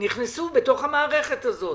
נכנסו לתוך המערכת הזאת.